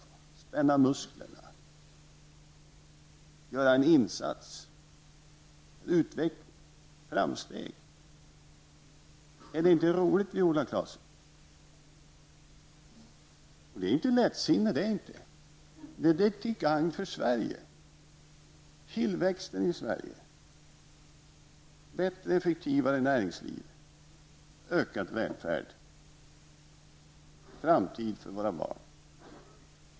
Vi behöver spänna musklerna, göra en insats, få se utveckling och framsteg. Är det inte roligt, Viola Claesson? Det är inte lättsinne! Det är till gagn för Sverige och tillväxten i Sverige. Det innebär ett bättre och effektivare näringsliv, ökad välfärd, en framtid för våra barn.